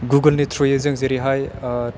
गुगोलनि थ्रुयै जों जेरैहाय